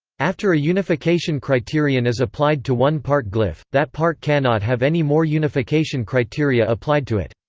after a unification criterion is applied to one part glyph, that part cannot have any more unification criteria applied to it.